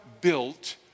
built